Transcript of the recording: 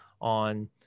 on